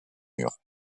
murs